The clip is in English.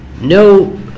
no